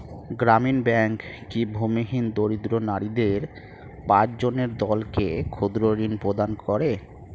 গ্রামীণ ব্যাংক কি ভূমিহীন দরিদ্র নারীদের পাঁচজনের দলকে ক্ষুদ্রঋণ প্রদান করে?